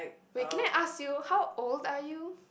wait can I ask you how old are you